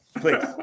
Please